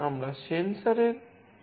আমরা সেন্সর এর মান মুদ্রণ করাব